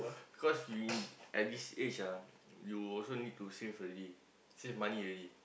because you in at this age ah you also need to save already save money already